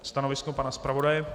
Stanovisko pana zpravodaje?